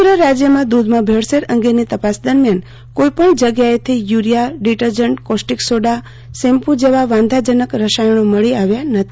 સમગ્ર રાજ્યમાં દૂધમાં ભેળસેળ અંગેની તપાસ દરમિયાન કોઇપણ જગ્યાએથી urea detergent caustic soda shampoo જેવા વાંધાજનક રસાયજ્ઞો મળી આવ્યા નથી